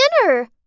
dinner